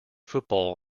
football